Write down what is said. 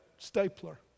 stapler